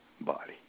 body